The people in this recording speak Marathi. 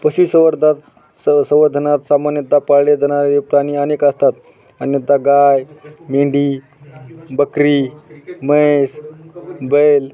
पशुसंवर्धन स संवर्धनात सामान्यत पाळले जाणारे प्राणी अनेक असतात अन्यथा गाय मेंढी बकरी म्हैस बैल